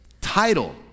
title